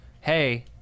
hey